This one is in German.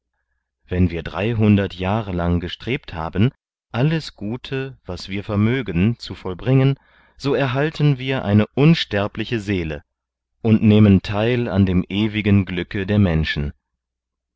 wenn wir dreihundert jahre lang gestrebt haben alles gute was wir vermögen zu vollbringen so erhalten wir eine unsterbliche seele und nehmen teil an dem ewigen glücke der menschen